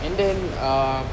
and then uh